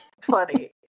funny